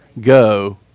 Go